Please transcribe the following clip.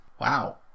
Wow